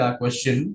question